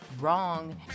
Wrong